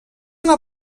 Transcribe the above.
una